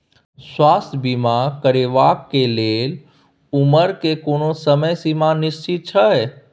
स्वास्थ्य बीमा करेवाक के लेल उमर के कोनो समय सीमा निश्चित छै?